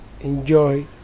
enjoy